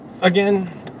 again